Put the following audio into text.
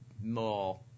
more